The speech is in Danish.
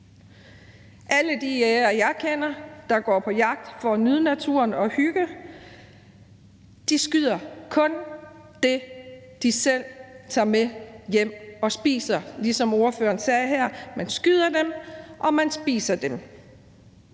Alle de jægere, jeg kender, der går på jagt for at nyde naturen og hygge, skyder kun det, de selv tager med hjem og spiser. Det er, ligesom ordføreren sagde her: Man skyder dem, og man spiser dem.